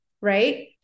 right